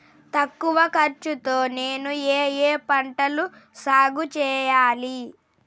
తక్కువ ఖర్చు తో నేను ఏ ఏ పంటలు సాగుచేయాలి?